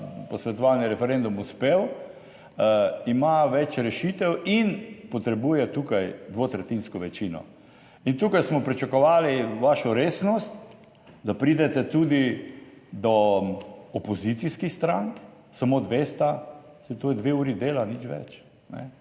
posvetovalni referendum uspel ima več rešitev in potrebuje tukaj dvotretjinsko večino. In tukaj smo pričakovali vašo resnost, da pridete tudi do opozicijskih strank, samo dve sta, saj to je 2 uri dela, nič več